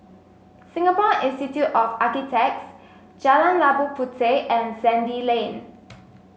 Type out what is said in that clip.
Singapore Institute of Architects Jalan Labu Puteh and Sandy Lane